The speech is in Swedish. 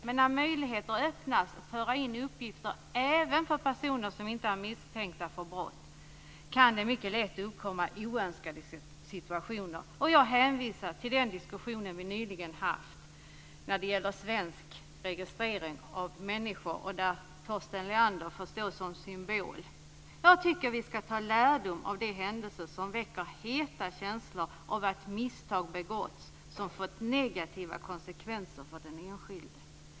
Men när möjligheter öppnas att föra in uppgifter även för personer som inte är misstänkta för brott kan oönskade situationer mycket lätt uppkomma. Jag hänvisar till den diskussion som vi nyligen har haft när det gäller svensk registrering av människor och där Torsten Leander får stå som symbol. Jag tycker att vi skall dra lärdom av de händelser som väcker heta känslor till följd av att misstag begåtts som har fått negativa konsekvenser för den enskilde.